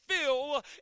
fill